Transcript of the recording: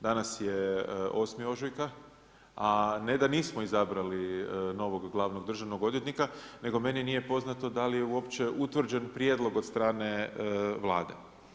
Danas je 8. ožujka, a ne da nismo izabrali novog glavnog državnog odvjetnika, nego meni nije poznato da li je uopće utvrđen prijedlog od strane Vlade.